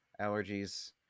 Allergies